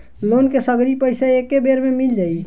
Loan के सगरी पइसा एके बेर में मिल जाई?